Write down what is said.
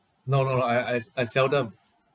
no no no I I s~ I seldom